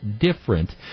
different